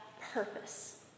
purpose